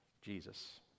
Jesus